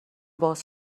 باز